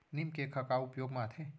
नीम cake ह का उपयोग मा आथे?